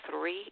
three